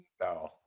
No